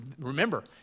remember